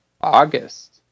August